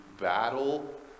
battle